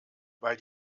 weil